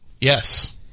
Yes